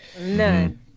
None